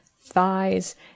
thighs